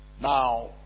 Now